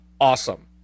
awesome